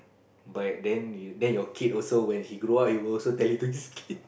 but then you then your kid also when he grow up he will also tell you to